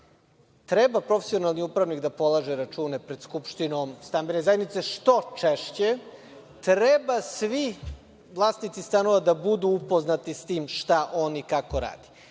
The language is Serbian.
Treba profesionalni upravnik da polaže račune pred skupštinu stambene zajednice što češće. Treba svi vlasnici stanova da budu upoznati s tim šta on i kako radi. Ako